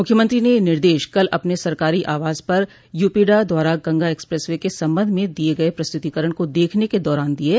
मुख्यमंत्री ने यह निर्देश कल अपने सरकारी आवास पर यूपीडा द्वारा गंगा एक्सप्रेस वे के संबंध में दिये गये प्रस्तुतीकरण को देखने के दौरान दिये